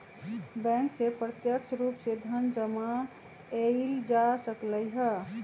bank से प्रत्यक्ष रूप से धन जमा एइल जा सकलई ह